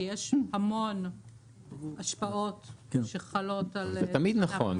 כי יש המון השפעות שחלות על --- זה תמיד נכון.